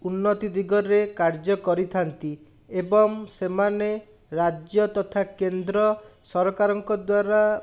ଉନ୍ନତି ଦିଗରେ କାର୍ଯ୍ୟ କରିଥାନ୍ତି ଏବଂ ସେମାନେ ରାଜ୍ୟ ତଥା କେନ୍ଦ୍ର ସରକାରଙ୍କ ଦ୍ଵାରା